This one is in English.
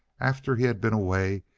after he had been away,